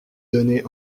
données